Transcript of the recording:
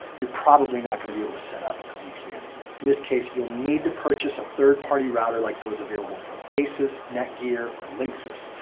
you're probably not going to be able to set up a vpn here. in this case, you'll need to purchase a third party router like those available from asus, netgear or linksys.